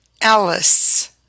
Alice